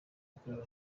yakorewe